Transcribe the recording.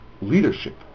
leadership